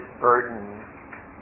burden